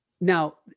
now